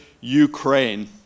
Ukraine